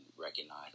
recognize